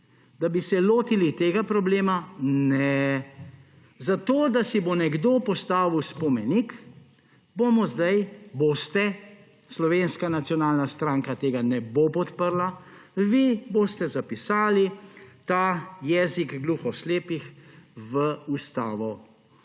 da bi se lotili tega problema – neee! Zato da si bo nekdo postavil spomenik, bomo zdaj, boste – Slovenska nacionalna stranka tega ne bo podprla –, vi boste zapisali ta jezik gluhoslepih v ustavo.